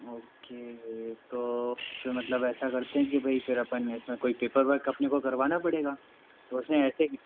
okay तो फिर मतलब ऐसा करते हैं कि भाई फिर अपन इसमें कोई पेपर वर्क अपने को करवाना पड़ेगा तो उसमें ऐसे